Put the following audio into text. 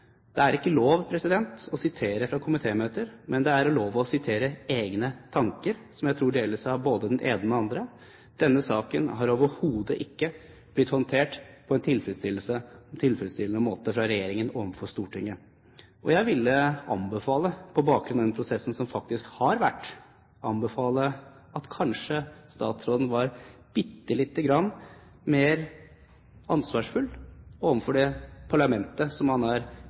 Det er ikke lov å sitere fra komitémøter, men det er lov å sitere egne tanker, som jeg tror deles av både den ene og den andre: Denne saken har overhodet ikke blitt håndtert på en tilfredsstillende måte fra regjeringen overfor Stortinget. Jeg ville anbefale, på bakgrunn av den prosessen som faktisk har vært, at statsråden kanskje var bitte lite grann mer ansvarsfull overfor det parlamentet som han er